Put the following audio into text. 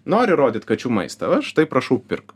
nori rodyt kačių maistą va štai prašau pirk